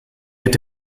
wird